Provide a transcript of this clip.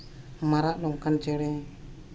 ᱢᱟᱨᱟᱜ ᱱᱚᱝᱠᱟᱱ ᱪᱮᱬᱮ